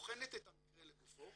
בוחנת את המקרה לגופו